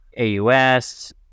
AUS